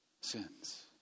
sins